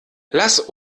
lass